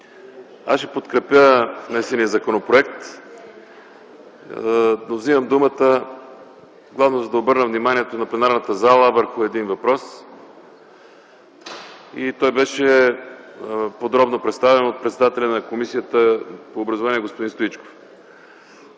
Аз ще подкрепя внесения законопроект, но взимам думата главно за да обърна вниманието на пленарната зала върху един въпрос и той беше подробно представен от председателя на Комисията по образованието и науката